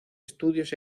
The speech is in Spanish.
estudios